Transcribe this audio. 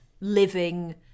living